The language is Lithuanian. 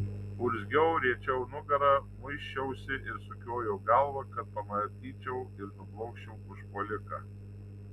urzgiau riečiau nugarą muisčiausi ir sukiojau galvą kad pamatyčiau ir nublokščiau užpuoliką